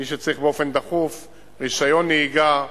מי שצריך באופן דחוף רשיון נהיגה,